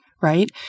Right